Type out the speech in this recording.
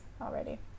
already